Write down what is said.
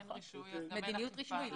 לא קיימת מדיניות רשמית.